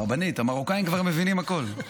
הרבנית, המרוקאים כבר מבינים הכול.